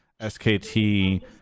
SKT